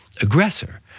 aggressor